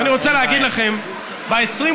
אני רוצה להגיד לכם, ב-23